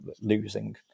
losing